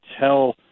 tell